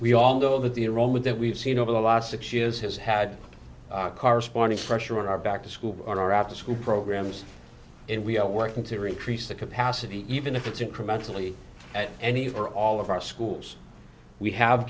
we all know that the iran with that we've seen over the last six years has had a corresponding pressure on our back to school or afterschool programs and we are working to retrace the capacity even if it's incrementally at any of or all of our schools we have